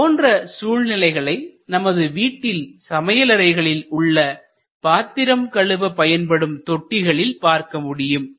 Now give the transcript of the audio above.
இது போன்ற சூழ்நிலைகளை நமது வீட்டின் சமையலறைகளில் உள்ள பாத்திரம் கழுவ பயன்படும் தொட்டிகளில் பார்க்கமுடியும்